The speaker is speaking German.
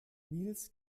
nils